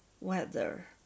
weather